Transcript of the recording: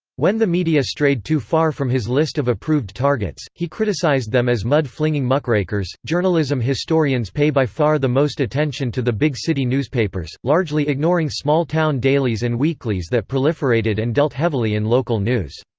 when the media strayed too far from his list of approved targets, he criticized them as mud flinging muckrakers journalism historians pay by far the most attention to the big city newspapers, largely ignoring small-town dailies and weeklies that proliferated and dealt heavily in local news.